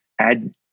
add